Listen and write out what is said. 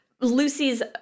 Lucy's